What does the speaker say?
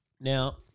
Now